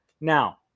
Now